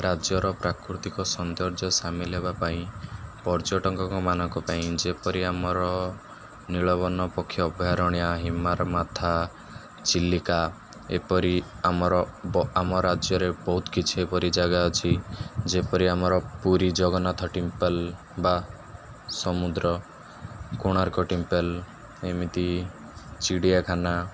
ରାଜ୍ୟର ପ୍ରାକୃତିକ ସୌନ୍ଦର୍ଯ୍ୟ ସାମିଲ ହେବା ପାଇଁ ପର୍ଯ୍ୟଟକଙ୍କ ମାନଙ୍କ ପାଇଁ ଯେପରି ଆମର ନୀଳବନ ପକ୍ଷୀ ଅଭୟାରଣ୍ୟ ହିମାରମାଥା ଚିଲିକା ଏପରି ଆମର ଆମ ରାଜ୍ୟରେ ବହୁତ କିଛି ଏପରି ଜାଗା ଅଛି ଯେପରି ଆମର ପୁରୀ ଜଗନ୍ନାଥ ଟିମ୍ପଲ ବା ସମୁଦ୍ର କୋଣାର୍କ ଟିମ୍ପଲ ଏମିତି ଚିଡ଼ିଆଖାନା